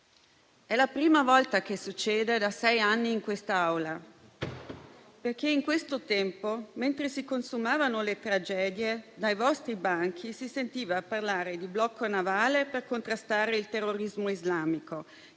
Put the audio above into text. È la prima volta che succede, da sei anni, in quest'Aula, perché in questo tempo, mentre si consumavano le tragedie, dai vostri banchi si sentiva parlare di blocco navale per contrastare il terrorismo islamico,